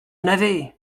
navet